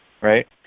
right